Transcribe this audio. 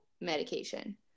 medication